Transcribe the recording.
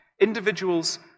Individuals